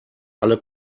alle